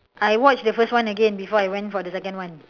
I watch the first one again before I went for the second one